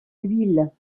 l’huile